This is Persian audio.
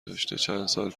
داشته، چندسال